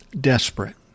desperate